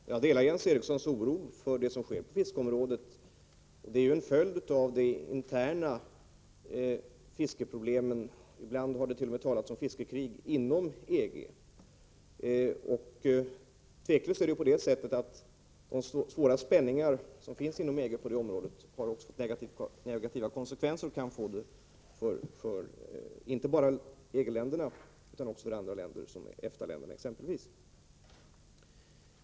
Fru talman! Jag delar Jens Erikssons oro för det som sker på fiskeområdet. Det är en följd av de interna fiskeproblemen —-ibland har dett.o.m. talats om fiskekriginom EG. Det är tveklöst på det sättet att de svåra spänningar som finns inom EG på detta område kan få negativa konsekvenser inte bara för EG-länderna utan också för andra länder, t.ex. EFTA-länderna.